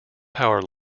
power